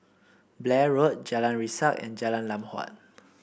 Blair Road Jalan Resak and Jalan Lam Huat